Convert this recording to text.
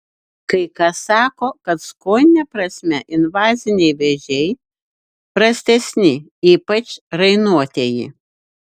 kai kas sako kad skonine prasme invaziniai vėžiai prastesni ypač rainuotieji